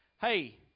Hey